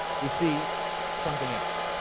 we see something else